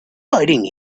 fighting